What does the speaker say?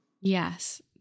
Yes